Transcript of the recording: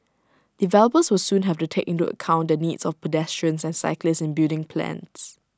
developers will soon have to take into account the needs of pedestrians and cyclists in building plans